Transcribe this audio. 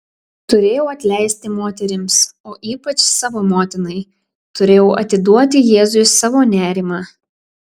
turėjau atleisti moterims o ypač savo motinai turėjau atiduoti jėzui savo nerimą